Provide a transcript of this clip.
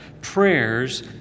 Prayers